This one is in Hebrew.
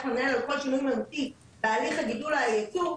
למנהל על כל שינוי מהותי בהליך הגידול או הייצור.